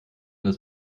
das